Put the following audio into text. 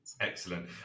Excellent